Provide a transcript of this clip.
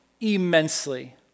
immensely